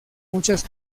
muchas